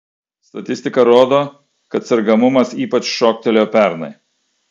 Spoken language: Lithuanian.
statistika rodo kad sergamumas ypač šoktelėjo pernai